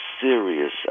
serious